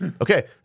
Okay